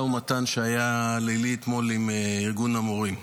ומתן הלילי שהיה אתמול עם ארגון המורים.